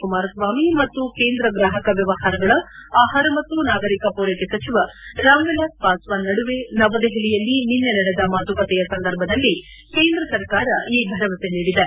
ಕುಮಾರಸ್ವಾಮಿ ಮತ್ತು ಕೇಂದ್ರ ಗ್ರಾಹಕ ವ್ಲವಹಾರಗಳ ಆಹಾರ ಮತ್ತು ನಾಗರಿಕ ಪೂರೈಕೆ ಸಚಿವ ರಾಮವಿಲಾಸ್ ಪಾಸ್ನಾನ್ ನಡುವೆ ನವದೆಹಲಿಯಲ್ಲಿ ನಿನ್ನೆ ನಡೆದ ಮಾತುಕತೆಯ ಸಂದರ್ಭದಲ್ಲಿ ಕೇಂದ್ರ ಸರಕಾರ ಈ ಭರವಸೆ ನೀಡಿದೆ